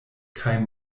kaj